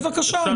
בבקשה.